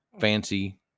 Fancy